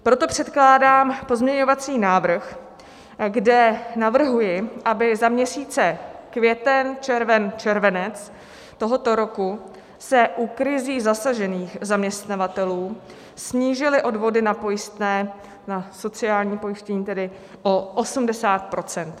Proto předkládám pozměňovací návrh, kde navrhuji, aby za měsíce květen, červen, červenec tohoto roku se u krizí zasažených zaměstnavatelů snížily odvody na pojistné, na sociální pojištění tedy o 80 %.